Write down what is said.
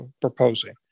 proposing